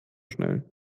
schnell